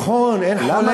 נכון, אין חולק.